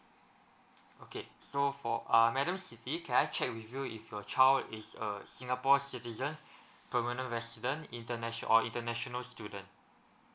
okay so for uh madam siti can I check with you if your child is uh singapore citizen permanent resident internat~ or international student